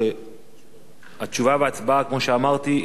תשובה והצבעה, כמו שאמרתי, יהיו במועד אחר,